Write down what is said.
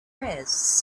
prayers